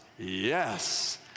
Yes